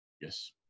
Yes